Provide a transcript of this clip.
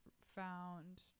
found